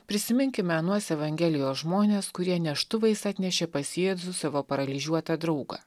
prisiminkime anuos evangelijos žmones kurie neštuvais atnešė pas jėzų savo paralyžiuotą draugą